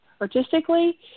artistically